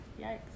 Yikes